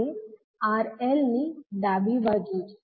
જે 𝑅𝐿 ની ડાબે છે